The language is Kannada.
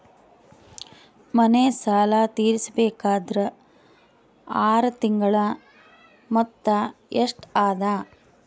ಮನೆ ಸಾಲ ತೀರಸಬೇಕಾದರ್ ಆರ ತಿಂಗಳ ಮೊತ್ತ ಎಷ್ಟ ಅದ?